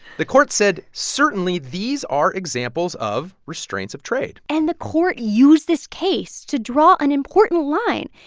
the court said certainly, these are examples of restraints of trade and the court used this case to draw an important line.